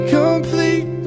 complete